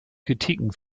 kritiken